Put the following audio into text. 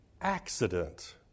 accident